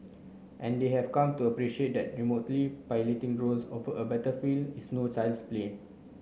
and they have come to appreciate that remotely piloting drones over a battlefield is no child's play